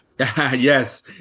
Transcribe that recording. Yes